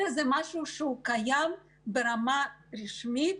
אלא משהו שקיים ברמה רשמית,